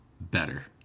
better